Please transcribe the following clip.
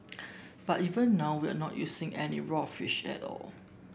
but even now we are not using any raw fish at all